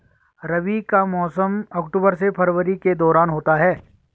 रबी का मौसम अक्टूबर से फरवरी के दौरान होता है